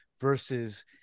versus